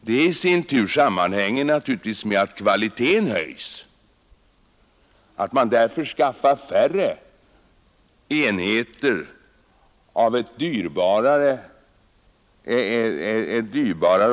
Det i sin tur sammanhänger naturligtvis med att kvaliteten höjts. Att man därför skaffar färre enheter av ett dyrbarare